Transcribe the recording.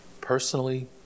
personally